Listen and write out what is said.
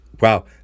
Wow